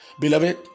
Beloved